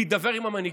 להידבר עם המנהיגים.